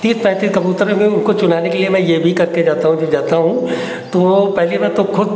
तीस पैँतीस कबूतर हैं उनको चुनाने के लिए मैं यह भी करके जाता हूँ जब जाता हूँ तो पहली बात तो खुद